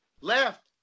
left